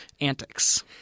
antics